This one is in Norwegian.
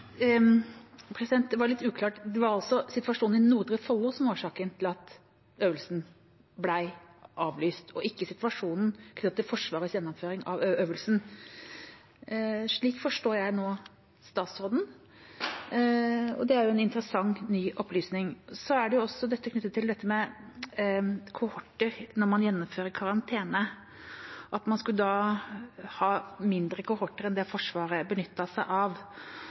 litt uklart. Det er altså situasjonen i Nordre Follo som var årsaken til at øvelsen ble avlyst, og ikke situasjonen knyttet til Forsvarets gjennomføring av øvelsen. Slik forstår jeg nå statsråden, og det er jo en interessant ny opplysning. Så er det også dette som gjelder kohorter når man gjennomfører karantene, at man skulle ha mindre kohorter enn det Forsvaret benyttet seg av.